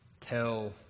tell